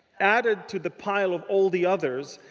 added to the pile of all the others.